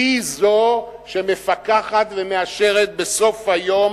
היא זאת שמפקחת ומאשרת בסוף היום,